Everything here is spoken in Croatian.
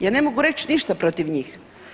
Ja ne mogu reći ništa protiv njih.